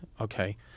Okay